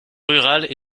rurales